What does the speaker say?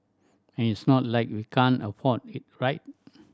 and it's not like we can't afford it right